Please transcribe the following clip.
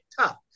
Tough